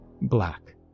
black